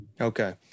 Okay